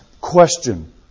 Question